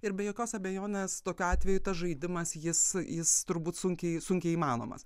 ir be jokios abejonės tokiu atveju tas žaidimas jis jis turbūt sunkiai sunkiai įmanomas